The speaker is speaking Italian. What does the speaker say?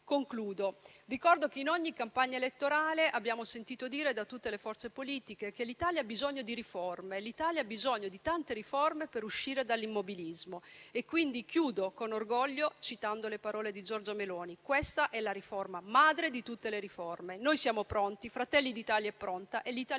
conclusione che in ogni campagna elettorale abbiamo sentito dire da tutte le forze politiche che l'Italia ha bisogno di riforme, che l'Italia ha bisogno di tante riforme per uscire dall'immobilismo. Concludo, con orgoglio, citando le parole di Giorgia Meloni: questa è la riforma madre di tutte le riforme. Noi siamo pronti, Fratelli d'Italia è pronta e gli italiani lo